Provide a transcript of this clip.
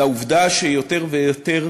לעובדה שיותר ויותר